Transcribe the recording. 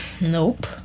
nope